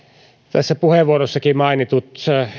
tässä puheenvuorossakin mainitut